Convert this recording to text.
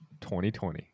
2020